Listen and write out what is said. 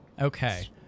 Okay